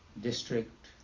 district